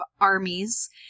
armies